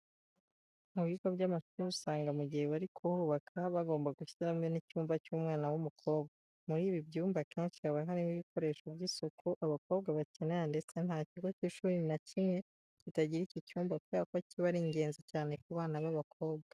Mu bigo by'amashuri usanga mu gihe bari kuhubaka bagomba gushyiramo n'icyumba cy'umwana w'umukobwa. Muri ibi byumba akenshi haba harimo ibikoresho by'isuku abakobwa bakenera ndetse nta kigo cy'ishuri nta kimwe kitagira iki cyumba kubera ko kiba ari ingenzi cyane ku bana b'abakobwa.